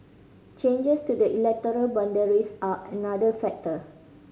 changes to the electoral boundaries are another factor